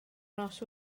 nos